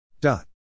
dot